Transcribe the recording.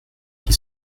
qui